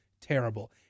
Terrible